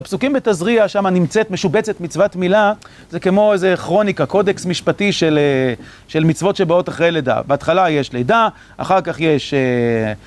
הפסוקים בתזריע, שם נמצאת, משובצת מצוות מילה, זה כמו איזה כרוניקה, קודקס משפטי של מצוות שבאות אחרי לידה. בהתחלה יש לידה, אחר כך יש...